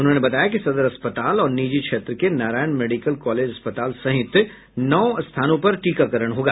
उन्होंने बताया कि सदर अस्पताल और निजी क्षेत्र के नारायण मेडिकल कॉलेज अस्पताल सहित नौ स्थानों पर टीकाकरण होगा